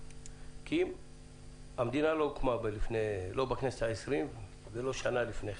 כי המדינה לא הוקמה בכנסת ה-20 ולא שנה לפני כן.